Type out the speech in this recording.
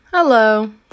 Hello